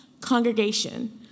Congregation